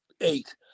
eight